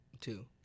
Two